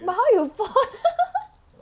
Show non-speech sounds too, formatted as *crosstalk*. but how you fall down *laughs*